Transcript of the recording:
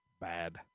Bad